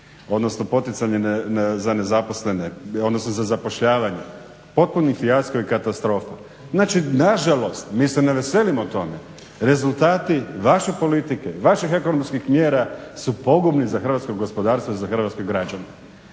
odnosno poticanje za nezaposlene, odnosno za zapošljavanje potpuni fijasko i katastrofa. Znači nažalost, mi se ne veselimo tome, rezultati vaše politike, vaših ekonomskih mjera su pogubni za hrvatsko gospodarstvo i za hrvatske građane.